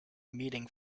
meeting